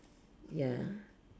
ya